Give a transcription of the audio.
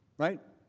right?